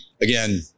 again